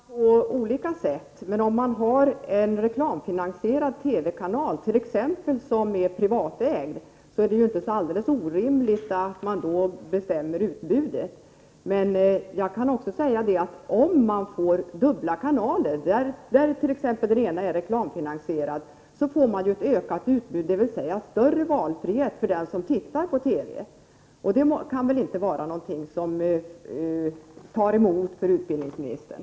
Herr talman! Det här kan naturligtvis ordnas på olika sätt. Har man en reklamfinansierad TV-kanal, t.ex. privatägd, är det inte alldeles orimligt att utbudet bestäms. Men får man dubbla kanaler, där t.ex. den ena är reklamfinansierad, får man ju en ökning av utbudet, dvs. större valfrihet för den som tittar på TV, och det kan väl inte vara någonting som tar emot för utbildningsministern.